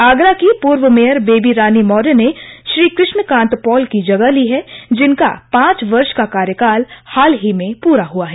आगरा की पूर्व मेयर बेबी रानी ने श्री कृष्ण कांत पॉल की जगह ली है जिनका पांच वर्ष का कार्यकाल हाल ही में पूरा हुआ था